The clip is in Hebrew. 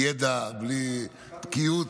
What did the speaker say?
ידע ובקיאות.